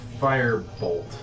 firebolt